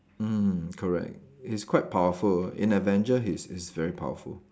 mm correct he's quite powerful in Avengers he's he's very powerful